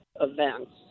events